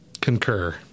Concur